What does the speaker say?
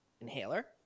inhaler